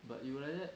but you like that